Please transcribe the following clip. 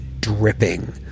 dripping